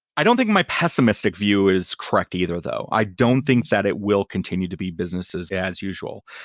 i don't think my pessimistic view is correct either though. i don't think that it will continue to be businesses as usual.